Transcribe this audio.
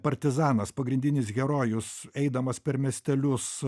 partizanas pagrindinis herojus eidamas per miestelius